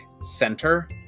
center